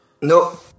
No